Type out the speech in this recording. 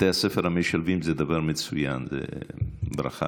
בתי הספר המשלבים זה דבר מצוין, זאת ברכה.